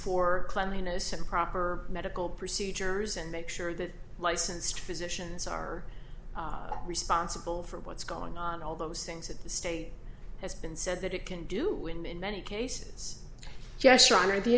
for cleanliness and proper medical procedures and make sure that licensed physicians are responsible for what's going on all those things at the state has been said that it can do when in many cases yes sure